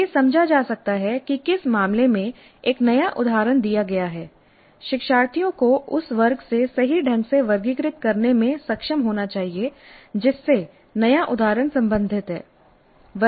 यह समझा जा सकता है कि किस मामले में एक नया उदाहरण दिया गया है शिक्षार्थियों को उस वर्ग को सही ढंग से वर्गीकृत करने में सक्षम होना चाहिए जिससे नया उदाहरण संबंधित है